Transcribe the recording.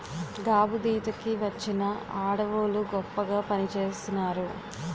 గాబుదీత కి వచ్చిన ఆడవోళ్ళు గొప్పగా పనిచేసినారు